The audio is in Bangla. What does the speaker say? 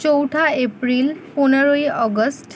চৌঠা এপ্রিল পনেরোই অগাস্ট